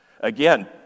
Again